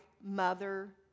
mother